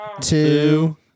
two